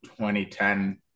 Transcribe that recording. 2010